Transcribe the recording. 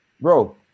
bro